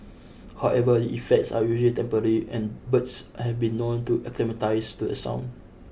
however the effects are usually temporary and birds have been known to acclimatise to a sound